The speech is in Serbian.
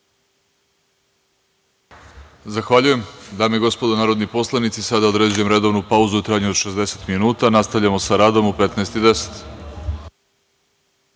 Zahvaljujem. Dame i gospodo narodni poslanici, sada određujem redovnu pauzu u trajanju od 60 minuta. Nastavljamo sa radom u 15